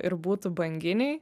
ir būtų banginiai